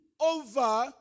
over